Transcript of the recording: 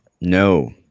No